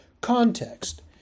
context